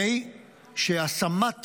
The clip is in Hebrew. הרי שהשמת